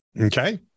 Okay